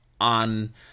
on –